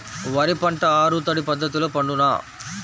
వరి పంట ఆరు తడి పద్ధతిలో పండునా?